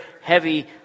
heavy